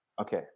Okay